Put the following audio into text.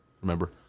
remember